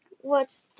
What's-